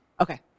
Okay